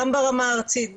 גם ברמה הארצית,